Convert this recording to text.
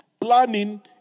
Planning